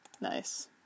Nice